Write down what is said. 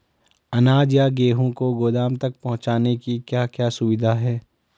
अनाज या गेहूँ को गोदाम तक पहुंचाने की क्या क्या सुविधा है?